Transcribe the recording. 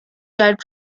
giant